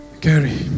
Gary